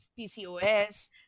pcos